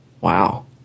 wow